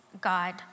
God